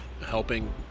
helping